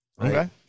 Okay